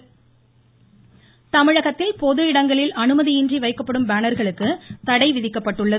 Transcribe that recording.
இருவரி தமிழகத்தில் பொதுஇடங்களில் அனுமதியின்றி வைக்கப்படும் பேனர்களுக்கு தடை விதிக்கப்பட்டுள்ளது